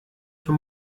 für